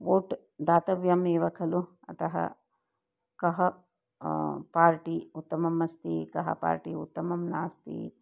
vote दातव्यमेव खलु अतः कः पार्टि उत्तमम् अस्ति कः पार्टि उत्तमं नास्ति